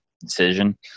decision